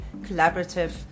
collaborative